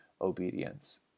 obedience